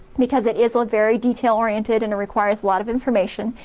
because it is a very detail oriented and requires a lot of information,